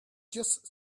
just